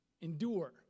endure